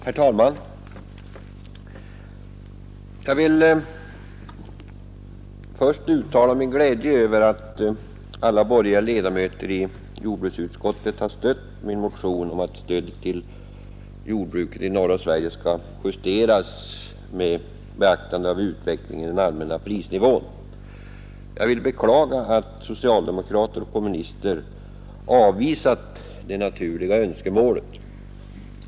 Herr talman! Jag vill först uttala min glädje över att alla borgerliga ledamöter i jordbruksutskottet har stött min motion om att stödet till jordbruket i norra Sverige skall justeras med beaktande av utvecklingen av den allmänna prisnivån. Jag beklagar att socialdemokrater och kommunister har avvisat det naturliga önskemålet.